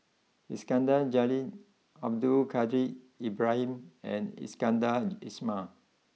Iskandar Jalil Abdul Kadir Ibrahim and Iskandar Ismail